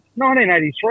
1983